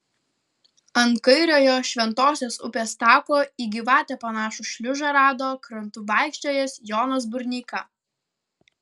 ant kairiojo šventosios upės tako į gyvatę panašų šliužą rado krantu vaikščiojęs jonas burneika